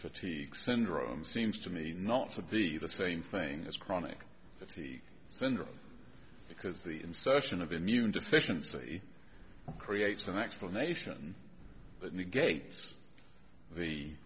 fatigue syndrome seems to me not to be the same thing as chronic fatigue syndrome because the insertion of immune deficiency creates an explanation that negates the